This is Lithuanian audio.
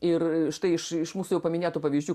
ir štai iš iš mūsų jau paminėtų pavyzdžių